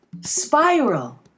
spiral